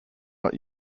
not